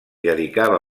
dedicava